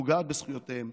ופוגעת בזכויותיהם.